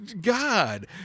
God